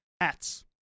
hats